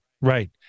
right